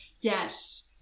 Yes